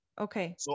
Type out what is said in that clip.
Okay